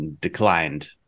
declined